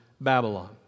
Babylon